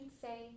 say